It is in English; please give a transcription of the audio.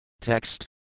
Text